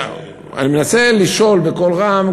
אני מנסה לשאול בקול רם,